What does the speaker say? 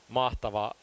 mahtava